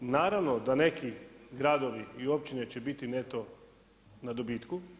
Naravno da neki gradovi i općine će biti neto na dobitku.